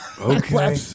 Okay